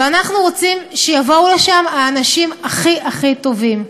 אנחנו רוצים שיבואו לשם האנשים הכי הכי טובים.